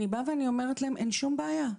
אני באה ואני אומרת להם - אין שום בעיה.